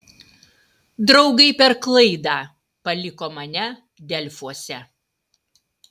draugai per klaidą paliko mane delfuose